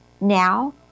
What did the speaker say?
now